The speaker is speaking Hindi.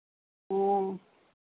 हाँ